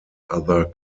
other